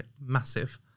massive